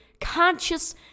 conscious